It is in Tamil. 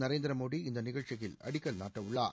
நரேந்திர மோடி இந்த நிகழ்ச்சியில் அடிக்கல் நாட்டவுள்ளார்